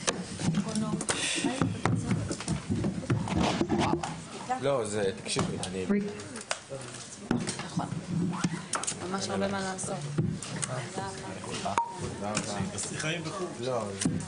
הישיבה ננעלה בשעה 11:02.